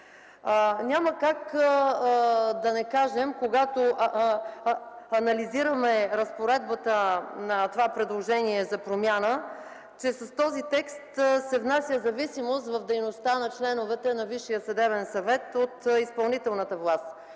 Няма как да не кажем, когато анализираме разпоредбата на това предложение за промяна, че с този текст се внася зависимост в дейността на членовете на Висшия съдебен съвет от изпълнителната власт,